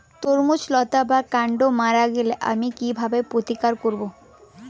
তরমুজের লতা বা কান্ড মারা গেলে আমি কীভাবে প্রতিকার করব?